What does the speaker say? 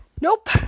Nope